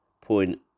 point